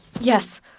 yes